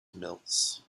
mills